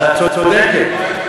את צודקת.